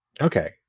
Okay